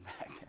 back